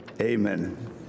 amen